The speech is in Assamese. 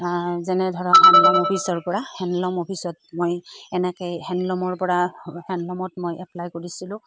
যেনে ধৰক হেণ্ডল'ম অফিচৰপৰা হেণ্ডল'ম অফিচত মই এনেকৈ হেণ্ডল'মৰপৰা হেণ্ডল'মত মই এপ্লাই কৰিছিলোঁ